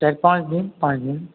चारि पाँच दिन पाँच दिन